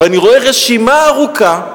ואני רואה רשימה ארוכה,